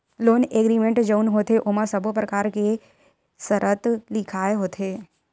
loan agreement जउन होथे ओमा सब्बो परकार के सरत लिखाय होथे